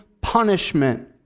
punishment